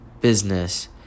business